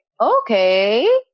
Okay